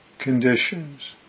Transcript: conditions